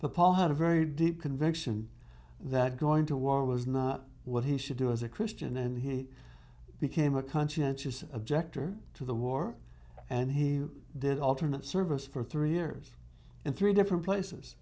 paul had a very deep conviction that going to war was not what he should do as a christian and he became a conscientious objector to the war and he did alternate service for three years in three different places